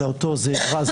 אותו זאב רז,